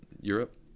Europe